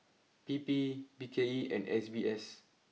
P P B K E and S B S